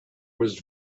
was